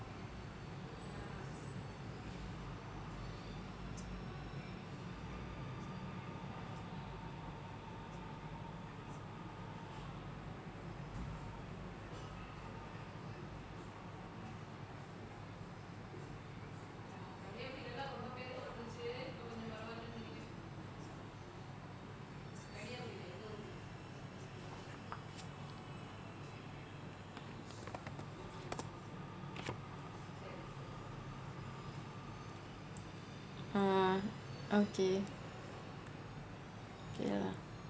ah okay